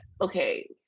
okay